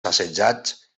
assetjats